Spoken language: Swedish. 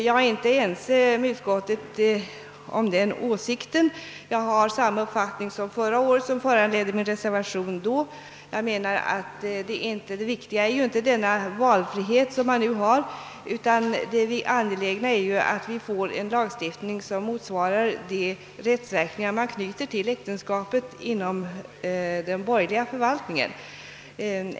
Jag delar inte denna åsikt. Jag hyser fortfarande den uppfattning som jag förra året uttryckte i reservationen; jag menar att det viktiga inte är denna valfrihet som nu finns, utan att vi får en lagstiftning som motsvarar de rättsverkningar som knyts till äktenskapet inom den borgerliga förvaltningen.